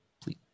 please